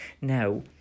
now